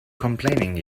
complaining